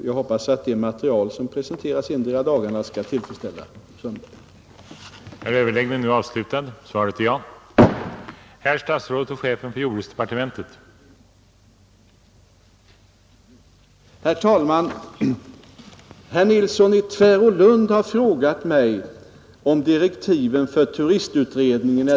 Jag hoppas att det material som presenteras endera dagen skall tillfredsställa fru Sundberg.